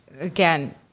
again